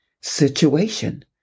situation